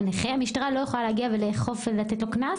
המשטרה לא יכולה להגיע ולאכוף, לתת לו קנס?